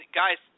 guys